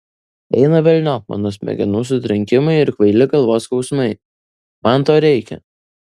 eina velniop mano smegenų sutrenkimai ir kvaili galvos skausmai man to reikia